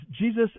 Jesus